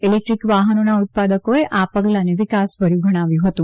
electric વાહનોના ઉત્પાદકોએ આ પગલાંને વિકાસભર્યું ગણાવ્યું હતું